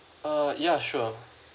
err ya sure